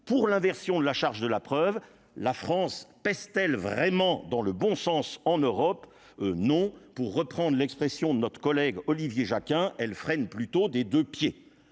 pour l'inversion de la charge de la preuve, la France pèse-t-elle vraiment dans le bon sens en Europe non, pour reprendre l'expression de notre collègue Olivier Jacquin elle freine plutôt des 2 pieds